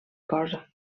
cosa